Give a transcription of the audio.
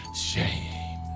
Shame